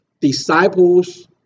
disciples